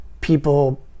people